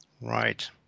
Right